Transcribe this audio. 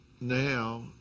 now